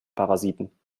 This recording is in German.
parasiten